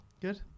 Good